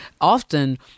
often